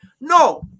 No